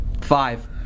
Five